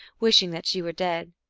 wishing that she were dead.